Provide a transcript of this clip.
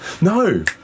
No